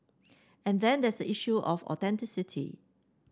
and then there is the issue of authenticity